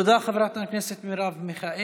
תודה, חברת הכנסת מרב מיכאלי.